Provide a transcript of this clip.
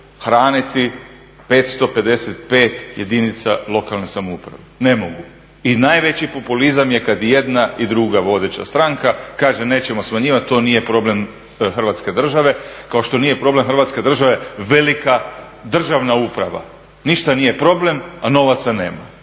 hraniti 555 jedinica lokalne samouprave, ne mogu. I najveći populizam je kad jedna i druga vodeća stranka kaže nećemo smanjivati to nije problem Hrvatske države, kao što nije problem hrvatske države velika državna uprava. Ništa nije problem a novaca nema,